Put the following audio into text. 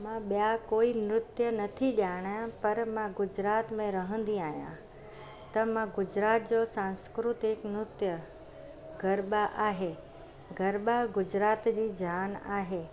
मां ॿिया कोई नृत्य नथी ॼाणियां पर मां गुजरात में रहंदी आहियां त मां गुजरात जो सांस्कृतिक नृत्य गरबा आहे गरबा गुजरात जी जान आहे